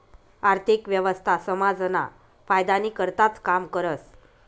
आर्थिक व्यवस्था समाजना फायदानी करताच काम करस